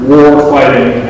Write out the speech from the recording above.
war-fighting